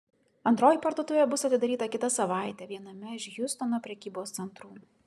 antroji parduotuvė bus atidaryta kitą savaitę viename iš hjustono prekybos centrų